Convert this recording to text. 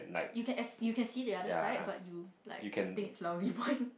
you can as you can see the other side but you like think it's a lousy point